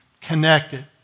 connected